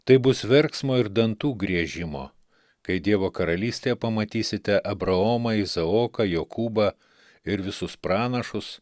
tai bus verksmo ir dantų griežimo kai dievo karalystėje pamatysite abraomą izaoką jokūbą ir visus pranašus